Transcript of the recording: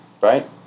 right